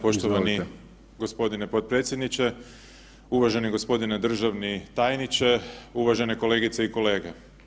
Poštovani gospodine potpredsjedniče, uvaženi gospodine državni tajniče, uvažene kolegice i kolege.